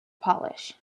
polish